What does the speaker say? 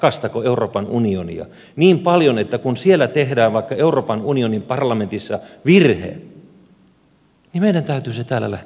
älkää rakastako euroopan unionia niin paljon että kun siellä tehdään vaikka euroopan unionin parlamentissa virhe niin meidän täytyy se täällä lähteä toteuttamaan